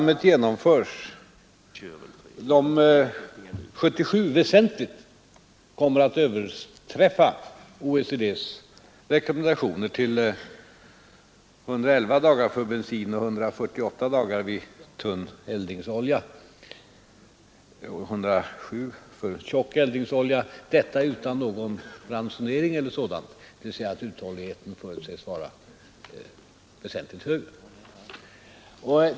Vad vi har gjort nu är att vi gått in mitt i perioden och skärpt kraven på oljelagring så att, om programmet genomförs, vi 1977 väsentligt kommer att överträffa OECD:s rekommendation, detta utan ransonering eller något sådant, dvs. uthålligheten förutsätts vara väsentligt högre.